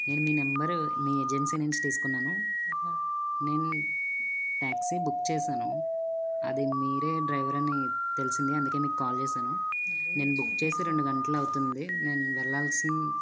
నేను మీ నెంబరు మీ ఏజెన్సీ నుంచి తీసుకున్నాను నేను టాక్సీ బుక్ చేసాను అది మీరే డ్రైవర్ అని తెలిసింది అందుకే మీకు కాల్ చేసాను నేను బుక్ చేసి రెండు గంటలు అవుతుంది నేను వెళ్ళాల్సి